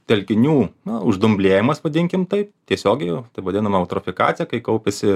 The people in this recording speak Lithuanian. telkinių na uždumblėjimas vadinkim taip tiesiogiai jau taip vadinama eutrofikacija kai kaupiasi